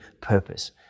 purpose